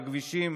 בכבישים,